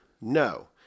No